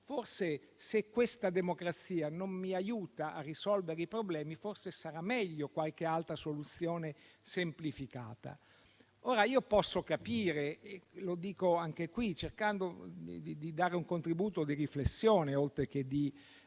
che, se la democrazia non le aiuta a risolvere i problemi, forse sarà meglio qualche altra soluzione semplificata. Posso capire - lo dico cercando di dare un contributo di riflessione, oltre che di